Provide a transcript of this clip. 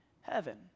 heaven